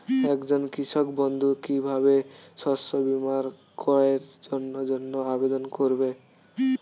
একজন কৃষক বন্ধু কিভাবে শস্য বীমার ক্রয়ের জন্যজন্য আবেদন করবে?